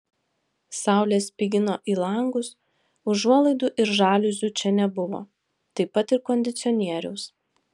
saulė spigino į langus užuolaidų ir žaliuzių čia nebuvo taip pat ir kondicionieriaus